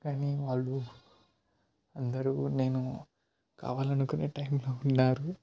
కానీ వాళ్ళు అందరు నేను కావాలి అనుకునే టైంలో ఉన్నారు